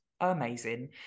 amazing